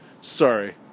Sorry